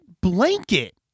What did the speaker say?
blanket